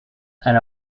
and